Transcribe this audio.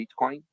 Bitcoin